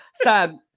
Sam